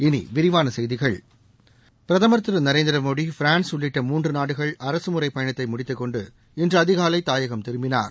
இனி விரிவான செய்திகள் பிரதமர் திரு நரேந்திர மோடி பிரான்ஸ் உள்ளிட்ட மூன்று நாடுகள் அரசுமுறைப்பயணத்தை முடித்துக் கொண்டு இன்று அதிகாலை தாயகம் திரும்பினார்